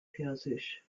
persisch